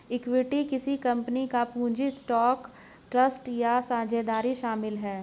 equity किसी company का पूंजी स्टॉक ट्रस्ट या साझेदारी शामिल है